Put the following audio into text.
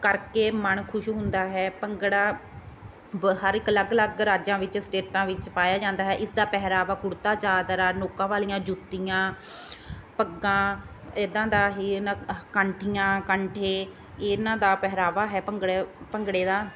ਕਰਕੇ ਮਨ ਖੁਸ਼ ਹੁੰਦਾ ਹੈ ਭੰਗੜਾ ਬ ਹਰ ਇੱਕ ਅਲੱਗ ਅਲੱਗ ਰਾਜਾਂ ਵਿੱਚ ਸਟੇਟਾਂ ਵਿੱਚ ਪਾਇਆ ਜਾਂਦਾ ਹੈ ਇਸ ਦਾ ਪਹਿਰਾਵਾ ਕੁੜਤਾ ਚਾਦਰਾ ਨੋਕਾਂ ਵਾਲੀਆਂ ਜੁੱਤੀਆਂ ਪੱਗਾਂ ਇੱਦਾਂ ਦਾ ਹੀ ਇਹਨਾਂ ਕੰਠੀਆਂ ਕੰਠੇ ਇਹਨਾਂ ਦਾ ਪਹਿਰਾਵਾ ਹੈ ਭੰਗੜੇ ਭੰਗੜੇ ਦਾ